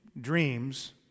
dreams